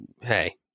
hey